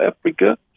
Africa